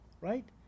right